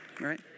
right